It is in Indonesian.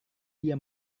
dia